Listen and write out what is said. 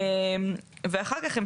ואחר כך,